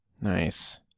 Nice